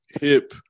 hip